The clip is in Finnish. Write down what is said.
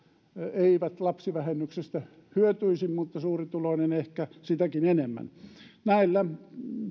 eivät lapsivähennyksestä hyötyisi mutta suurituloinen ehkä sitäkin enemmän näillä